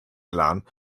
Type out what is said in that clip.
clan